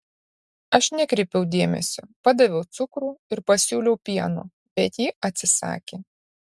aš nekreipiau dėmesio padaviau cukrų ir pasiūliau pieno bet ji atsisakė